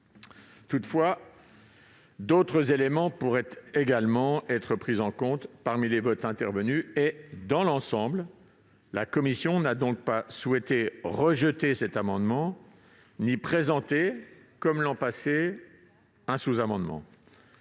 Toutefois, d'autres éléments pourraient également être pris en compte parmi les votes intervenus. Dans l'ensemble, la commission n'a donc souhaité ni rejeter cet amendement ni présenter, comme l'an passé, un sous-amendement.